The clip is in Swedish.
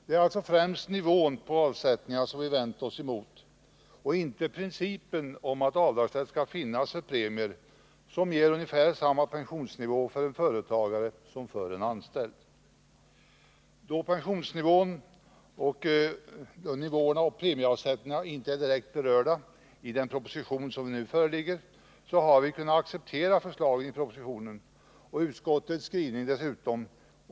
Det är alltså främst nivån på avsättningarna som vi vänt oss mot — inte mot principen att avdragsrätt skall finnas för premier som ger ungefär samma pensionsnivå för en företagare som för en anställd. Då pensionsnivåerna och premieavsättningarna inte är direkt berörda i den proposition som nu föreligger har vi kunnat acceptera förslagen i propositionen och även utskottets skrivning.